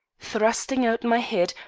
thrusting out my head,